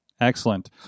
Excellent